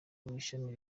w’ishami